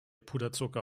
puderzucker